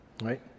Right